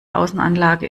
außenanlage